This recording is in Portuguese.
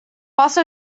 posso